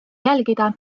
jälgida